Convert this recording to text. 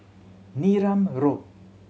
Neram Road